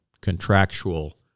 contractual